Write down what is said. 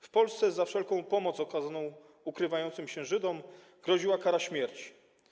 W Polsce za wszelką pomoc okazaną ukrywającym się Żydom groziła kara śmierci.